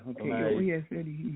okay